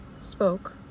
spoke